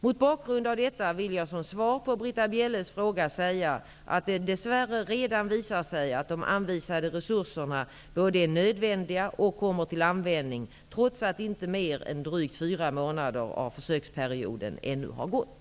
Mot bakgrund av detta vill jag som svar på Britta Bjelles fråga säga att det dess värre visar sig att de anvisade resurserna både är nödvändiga och kommer till användning, trots att inte mer än drygt fyra månader av försöksperioden ännu har gått.